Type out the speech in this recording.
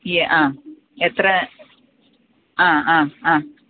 യെ ആ എത്ര ആ ആ ആ